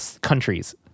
countries